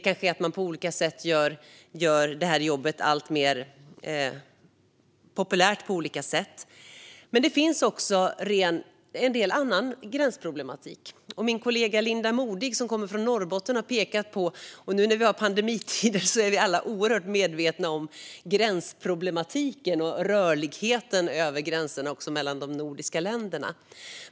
Man kan på olika sätt göra detta jobb mer populärt. Men det finns också gränsproblematik. Min kollega Linda Modig, som kommer från Norrbotten, har pekat på det. Nu i pandemitider är vi alla oerhört medvetna om gränsproblematiken när det gäller rörligheten över gränserna mellan de nordiska länderna.